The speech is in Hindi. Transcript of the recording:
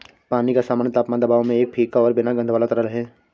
पानी का सामान्य तापमान दबाव में एक फीका और बिना गंध वाला तरल है